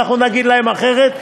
ואנחנו נגיד להם אחרת,